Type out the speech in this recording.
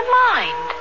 mind